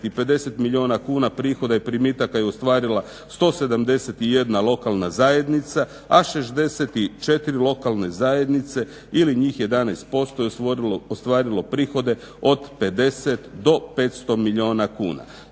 50 milijuna kuna prihoda i primitaka je ostvarila 171 lokalna zajednica, a 64 lokalne zajednice ili njih 11% je ostvarilo prihode od 50 do 500 milijuna kuna.